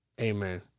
Amen